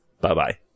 Bye-bye